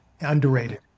underrated